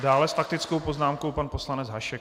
Dále s faktickou poznámkou pan poslanec Hašek.